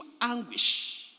anguish